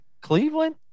Cleveland